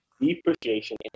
depreciation